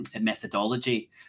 methodology